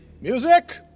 Music